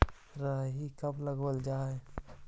राई कब लगावल जाई?